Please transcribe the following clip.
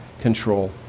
control